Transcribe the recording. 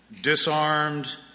disarmed